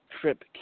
trip